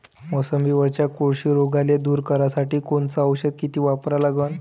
मोसंबीवरच्या कोळशी रोगाले दूर करासाठी कोनचं औषध किती वापरा लागन?